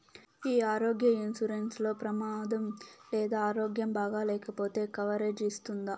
ఈ ఆరోగ్య ఇన్సూరెన్సు లో ప్రమాదం లేదా ఆరోగ్యం బాగాలేకపొతే కవరేజ్ ఇస్తుందా?